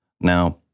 Now